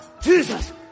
Jesus